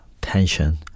tension